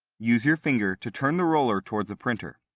use your finger to turn the roller toward the printer.